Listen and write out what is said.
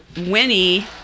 Winnie